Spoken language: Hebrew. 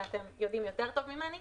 שאתם יודעים יותר טוב ממני,